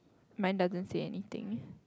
mine doesn't say anything